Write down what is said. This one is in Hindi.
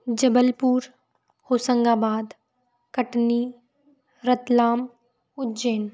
जबलपुर होशंगाबाद कटनी रतलाम उज्जेन